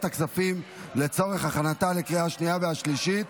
הכספים לצורך הכנתה לקריאה השנייה והשלישית.